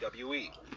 WWE